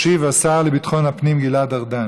ישיב השר לביטחון הפנים גלעד ארדן.